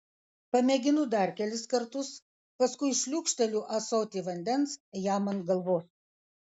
pamėginu dar kelis kartus paskui šliūkšteliu ąsotį vandens jam ant galvos